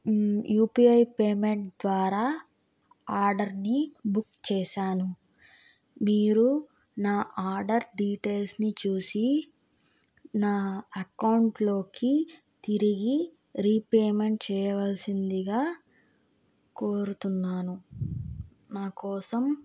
UPI payment ద్వారా ఆర్డర్ని book చేశాను మీరు నా ఆర్డర్ డీటెయిల్స్ని చూసి నా అకౌంట్లోకి తిరిగి రీపేమెంట్ చేయవలసిందిగా కోరుతున్నాను నాకోసం